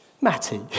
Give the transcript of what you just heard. Matty